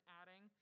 adding